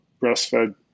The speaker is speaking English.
breastfed